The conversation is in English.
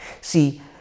see